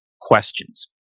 questions